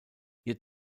ihr